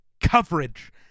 coverage